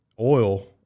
oil